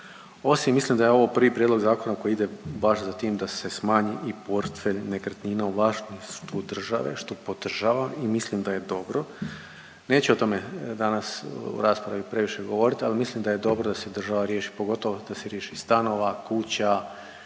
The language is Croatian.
Osim, mislim da je ovo prvi prijedlog zakona koji ide baš za tim da se smanji i portfelj nekretnina u vlasništvu države, što podržavam i mislim da je dobro. Neću o tome danas u raspravi previše govorit, ali mislim da je dobro da se država riješi, pogotovo da se riješi stanova, kuća